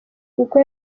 kuko